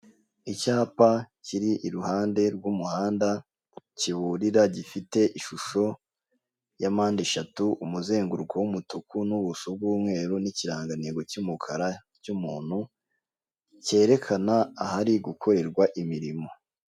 Icyapa kiri iruhande rw'umuhanda kiburira gifite ishusho ya mpande eshatu umuzenguruko w'umutuku n'ubuso bw'umweru n'ikirangantego cy'umukara cy'umuntu cyerekana ahari gukorerwa imirimo.